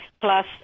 plus